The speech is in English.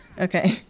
Okay